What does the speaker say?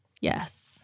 yes